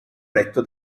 letto